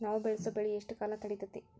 ನಾವು ಬೆಳಸೋ ಬೆಳಿ ಎಷ್ಟು ಕಾಲ ತಡೇತೇತಿ?